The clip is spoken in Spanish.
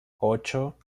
ocho